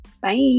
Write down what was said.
Bye